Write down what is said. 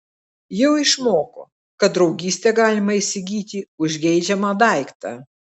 jau išmoko kad draugystę galima įsigyti už geidžiamą daiktą